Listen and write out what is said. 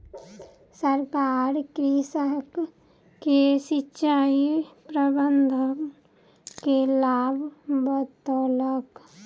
सरकार कृषक के सिचाई प्रबंधन के लाभ बतौलक